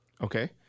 Okay